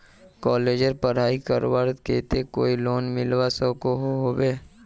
कॉलेजेर पढ़ाई करवार केते कोई लोन मिलवा सकोहो होबे?